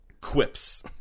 quips